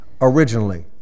originally